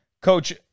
Coach